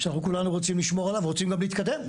שאנחנו כולנו רוצים גם לשמור עליו ורוצים גם להתקדם,